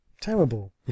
terrible